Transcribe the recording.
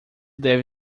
deve